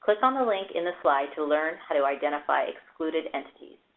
but on the link in the slide to learn how to identify excluded entities.